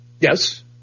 Yes